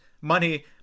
money